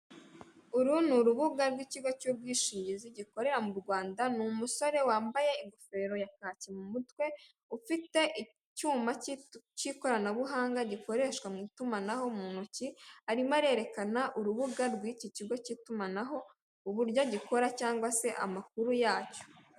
Uru ni urubuga rw'ikigo cy'ubwishingizi gikorera mu Rwanda, ni umusore wambaye ingofero ya kaki mu mutwe ufite icyuma cy'ikoranabuhanga gikoreshwa mu itumanaho mu ntoki, arimo arerekana urubuga rw'iki kigo cy'itumanaho uburyo gikora cyangwa se amakuru yacyo.